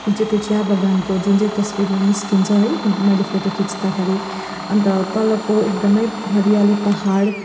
जुन चाहिँ त्यो चिया बगानको जुन चाहिँ त्यो तस्विरमा निस्किन्छ है मैले फोटो खिच्दाखेरि अन्त तलको एकदमै हरियाली पाहाड